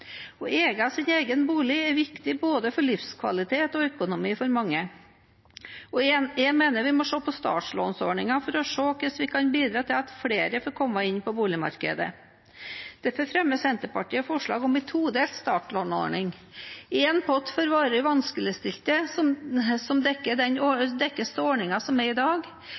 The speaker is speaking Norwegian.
sin egen bolig er viktig for mange, både for livskvalitet og økonomi. Jeg mener vi må se på startlånordningen for å se hvordan vi kan bidra til at flere får komme inn på boligmarkedet. Derfor fremmer Senterpartiet forslag om en todelt startlånordning: én pott for varig vanskeligstilte, som dekkes av ordningen som er i dag,